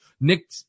Nick